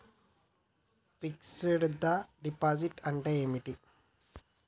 Fix డ్ deposit అంటే ఏమిటి?